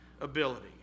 ability